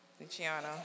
Luciano